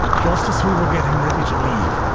just as we were getting ready to leave,